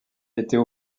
était